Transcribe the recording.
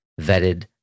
vetted